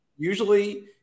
Usually –